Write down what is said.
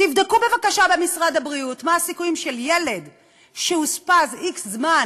תבדקו בבקשה במשרד הבריאות מה הסיכויים של ילד שאושפז x זמן